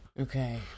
Okay